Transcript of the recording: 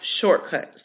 shortcuts